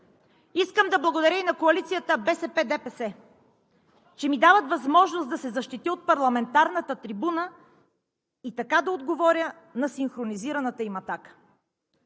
Искам да благодаря и на коалицията БСП – ДПС, че ми дават възможност да се защитя от парламентарната трибуна и така да отговоря на синхронизираната им атака.